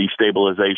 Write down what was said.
destabilization